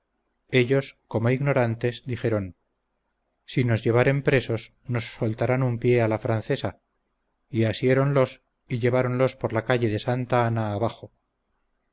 ellos como ignorantes dijeron si nos llevaren presos nos soltarán un pie a la francesa y asiéronlos y lleváronlos por la calle de santa ana abajo